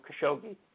Khashoggi